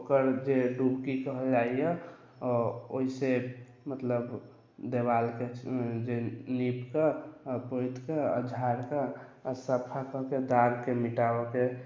ओकर जे कहल जाइए ओ ओइसँ मतलब देबालके जे लीपके आओर पोतिके आओर झाड़िके आओर सफा कऽके दागके मिटाबैके